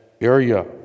area